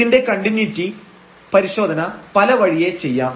ഇതിന്റെ കണ്ടിന്യൂയിറ്റി പരിശോധന പല വഴിയെ ചെയ്യാം